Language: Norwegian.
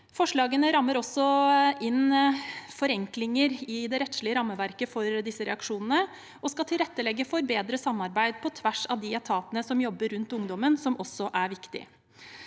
Forslagene rammer også inn forenklinger i det rettslige rammeverket for disse reaksjonene og skal tilrettelegge for bedre samarbeid på tvers av de etatene som jobber rundt ungdommen, som også er viktig.